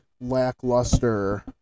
lackluster